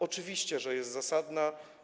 Oczywiście, że jest zasadna.